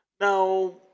now